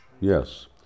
yes